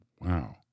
Wow